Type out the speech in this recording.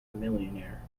millionaire